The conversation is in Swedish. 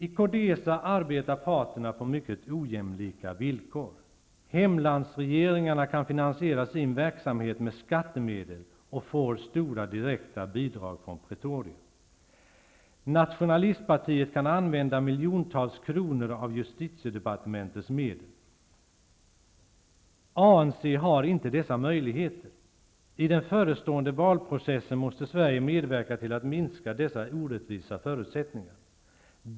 I Codesa arbetar parterna på mycket ojämlika villkor. Hemlandsregeringarna kan finansiera sin verksamhet med skattemedel och får stora direkta bidrag från Pretoria. Nationalistpartiet kan använda miljontals kronor av justitiedepartementets medel. ANC har inte dessa möjligheter. I den förestående valprocessen måste Sverige medverka till att minska dessa orättvisa förutsättningar.